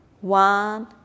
one